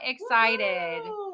excited